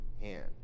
hand